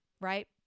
right